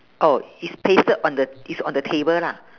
oh is pasted on the is on the table lah